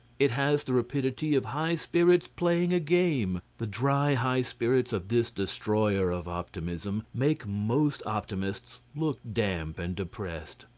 it has the rapidity of high spirits playing a game. the dry high spirits of this destroyer of optimism make most optimists look damp and depressed.